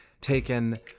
Taken